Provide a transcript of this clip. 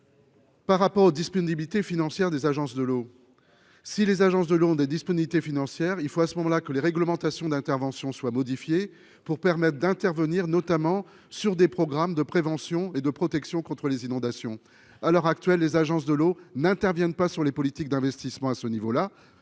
Par rapport aux disponibilités financières des agences de l'eau, si les agences de long des dispositifs financière, il faut à ce moment-là que les réglementations d'intervention soit modifiée pour permettre d'intervenir, notamment sur des programmes de prévention et de protection contre les inondations, à l'heure actuelle, les agences de l'eau n'interviennent pas sur les politiques d'investissement à ce niveau-là,